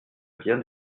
bien